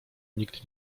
nikt